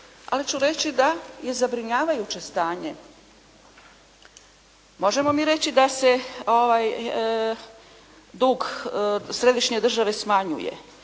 ali ću reći da je zabrinjavajuće stanje. Možemo mi reći da se dug središnje države smanjuje.